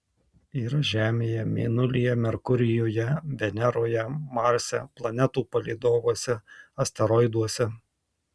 yra žemėje mėnulyje merkurijuje veneroje marse planetų palydovuose asteroiduose